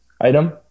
item